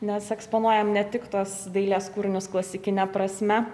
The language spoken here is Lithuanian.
nes eksponuojam ne tik tuos dailės kūrinius klasikine prasme